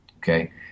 Okay